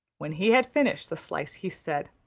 when he had finished the slice he said,